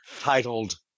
titled